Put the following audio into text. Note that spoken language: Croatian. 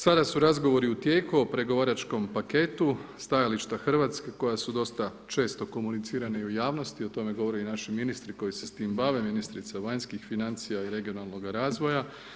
Sada su razgovori u tijeku o pregovaračkom paketu stajališta Hrvatske koja su dosta često komunicirana i u javnosti, o tome govore i naši ministri koji se s tim bave, ministrica vanjskih financija i regionalnog razvoja.